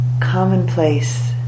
commonplace